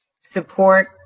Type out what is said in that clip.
support